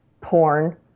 porn